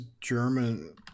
German